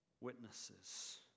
witnesses